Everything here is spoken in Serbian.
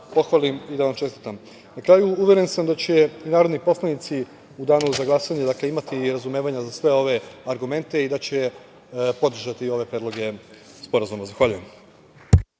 pohvalim i da vam čestitam. Na kraju, uveren sam da će narodni poslanici u danu za glasanje imati razumevanja za sve ove argumente i da će podržati ove predloge sporazuma. Zahvaljujem.